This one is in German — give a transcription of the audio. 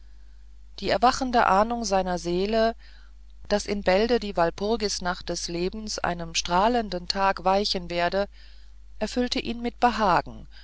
die erwachende ahnung seiner seele daß in bälde die walpurgisnacht des lebens einem strahlenden tag weichen werde erfüllte ihn mit behagen